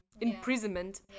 imprisonment